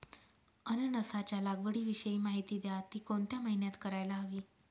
अननसाच्या लागवडीविषयी माहिती द्या, ति कोणत्या महिन्यात करायला हवी?